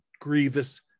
grievous